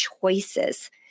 choices